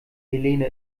helene